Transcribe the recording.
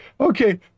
okay